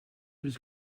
was